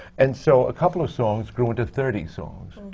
and so, a couple of songs grew into thirty songs,